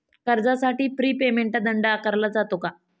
कर्जासाठी prepayment दंड आकारला जातो का?